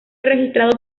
registrado